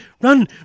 run